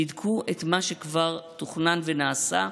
בדקו את מה שכבר תוכנן ונעשה,